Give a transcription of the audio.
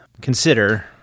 consider